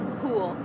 pool